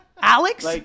Alex